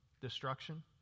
destruction